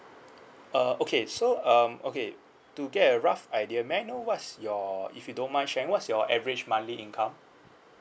uh okay so um okay to get a rough idea may I know what's your if you don't mind sharing what's your average monthly income